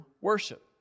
worship